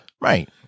Right